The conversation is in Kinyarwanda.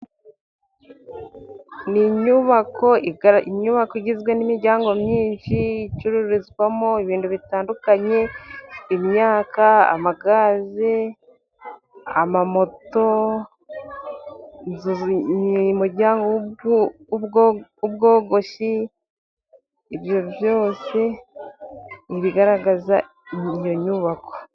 Ni inyubako, inyubako igizwe n'imiryango myinshi icururizwamo ibintu bitandukanye imyaka ,amagaze ,amamoto umuryango w'ubwogoshi, ibyo byose ni ibigaragaza iyo nyubako.